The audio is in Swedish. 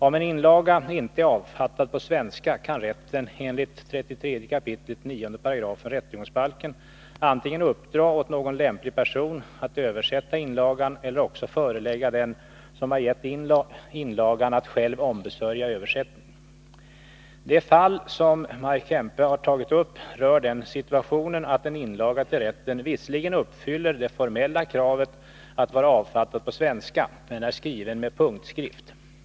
Om en inlaga inte är avfattad på svenska, kan rätten enligt 33 kap. 9 § rättegångsbalken antingen uppdra åt någon lämplig person att översätta inlagan eller också förelägga den som har gett in inlagan att själv ombesörja översättningen. Det fall som Maj Kempe har tagit upp rör den situationen att en inlaga till rätten visserligen uppfyller det formella kravet att vara avfattad på svenska men är skriven med punktskrift.